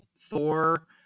Thor